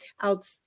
out